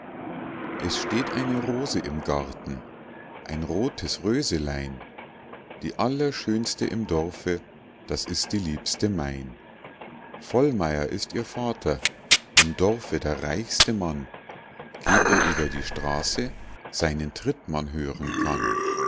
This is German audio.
es steht eine rose im garten ein rotes röselein die allerschönste im dorfe das ist die liebste mein vollmeier ist ihr vater im dorfe der reichste mann geht er über die straße seinen tritt man hören kann